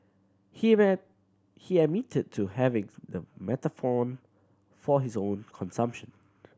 he he admitted to having the methadone for his own consumption